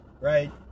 right